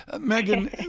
Megan